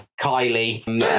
Kylie